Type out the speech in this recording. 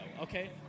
okay